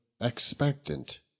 expectant